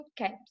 okay